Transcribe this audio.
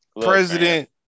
president